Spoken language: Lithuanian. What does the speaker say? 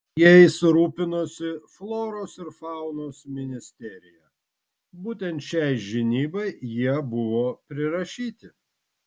jais rūpinosi floros ir faunos ministerija būtent šiai žinybai jie buvo prirašyti